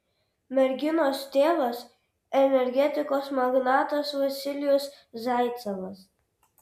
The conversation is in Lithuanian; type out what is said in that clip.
merginos tėvas energetikos magnatas vasilijus zaicevas